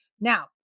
Now